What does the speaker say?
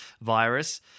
virus